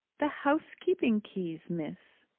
the housekeeping keys, miss.